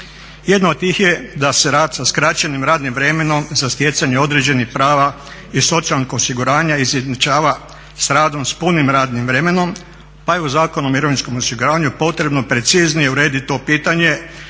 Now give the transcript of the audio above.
Jedna od tih je da se rad sa skraćenim radnim vremenom za stjecanje određenih prava iz socijalnog osiguranja izjednačava sa radom s punim radnim vremenu, pa je u Zakonu o mirovinskom osiguranju potrebno preciznije urediti to pitanje